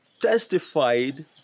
testified